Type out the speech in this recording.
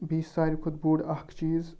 بیٚیہِ چھِ ساروی کھۄتہٕ بوٚڑ اَکھ چیٖز